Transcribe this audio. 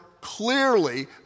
clearly